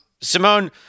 Simone